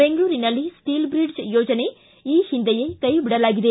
ಬೆಂಗಳೂರಿನಲ್ಲಿ ಸ್ಟೀಲ್ಬ್ರಿಡ್ಜ್ ಯೋಜನೆ ಈ ಹಿಂದೆಯೇ ಕೈಬಿಡಲಾಗಿದೆ